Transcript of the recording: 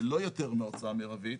ולא יותר מההוצאה המרבית,